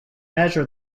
measure